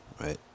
Right